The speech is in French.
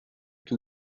que